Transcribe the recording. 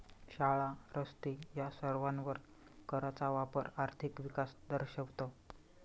शाळा, रस्ते या सर्वांवर कराचा वापर आर्थिक विकास दर्शवतो